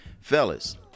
Fellas